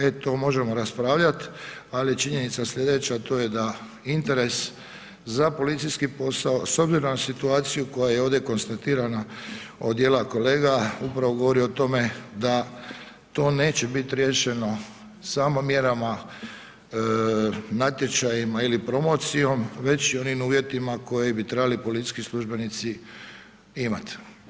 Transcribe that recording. E, to možemo raspravljati, ali činjenica sljedeća to je da interes za policijski posao, s obzirom na situaciju koja je ovdje konstatirana od dijela kolega, upravo govori o tome da to neće biti riješeno samo mjerama natječajima ili promocijom, već i onim uvjetima koji bi trebali policijski službenici imati.